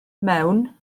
mewn